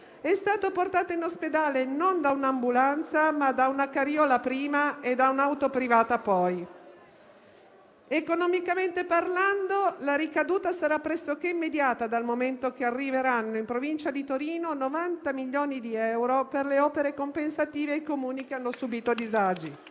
è stato portato in ospedale non da un'ambulanza ma da una carriola, prima, e da un'auto privata, poi. Economicamente parlando, la ricaduta sarà pressoché immediata dal momento che arriveranno in Provincia di Torino 90 milioni di euro per le opere compensative ai Comuni che hanno subito disagi